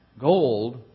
gold